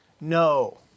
No